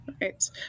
Right